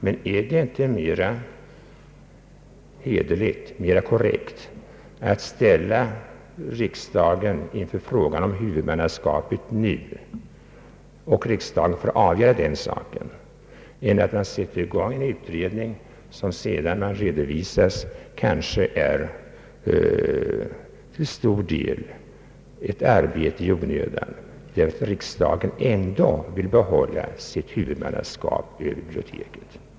Men är det inte mera korrekt att redan nu ställa riksdagen inför frågan om huvudmannaskapet, så att riksdagen får avgöra den, än att sätta i gång en utredning som när den sedermera redovisas kanske visar sig vara ett arbete till stor del i onödan därför att riksdagen ändå vill behålla sitt huvudmannaskap över biblioteket?